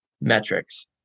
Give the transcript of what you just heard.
metrics